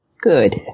Good